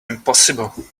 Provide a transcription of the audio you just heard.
impossible